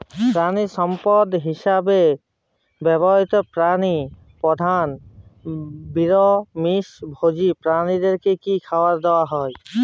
প্রাণিসম্পদ হিসেবে ব্যবহৃত প্রাণী প্রধানত নিরামিষ ভোজী প্রাণীদের কী খাবার দেয়া হয়?